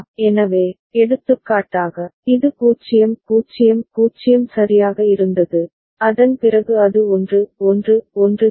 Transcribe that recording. எனவே எடுத்துக்காட்டாக இது 0 0 0 சரியாக இருந்தது அதன் பிறகு அது 1 1 1 சரி